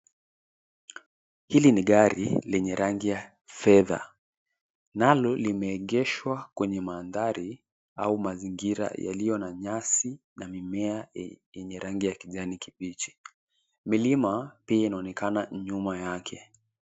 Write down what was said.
Hili ni gari lenye rangi ya fedha. Nalo limeegeshwa kwenye mandhari au mazingira yaliyo na nyasi na mimea yenye rangi ya kijani kibichi. Milima pia inaonekana nyuma yake.